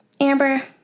Amber